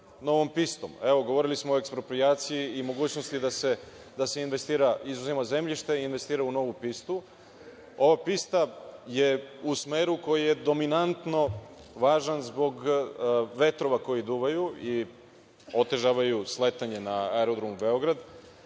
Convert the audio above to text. novom pistom. Evo, govorili smo o eksproprijaciji i mogućnosti da se investira i izuzima zemljište i investira u novu pistu. Ova pista je u smeru koja je dominantno važna zbog vetrova koji duvaju i otežavaju sletanje na aerodromu u Beogradu.